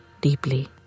deeply